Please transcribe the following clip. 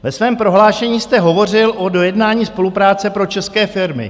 Ve svém prohlášení jste hovořil o dojednání spolupráce pro české firmy.